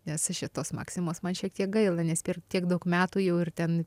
nes šitos maksimos man šiek tiek gaila nes per tiek daug metų jau ir ten